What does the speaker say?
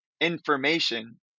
information